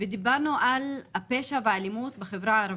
ודיברנו על הפשע והאלימות בחברה הערבית.